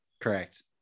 Correct